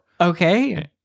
Okay